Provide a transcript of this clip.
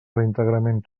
reintegrament